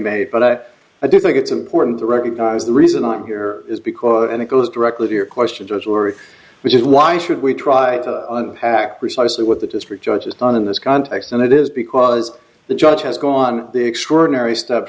made but i do think it's important to recognize the reason i'm here is because and it goes directly to your question just or which is why should we try to pack precisely what the district judge has done in this context and it is because the judge has gone to extraordinary step